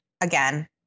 Again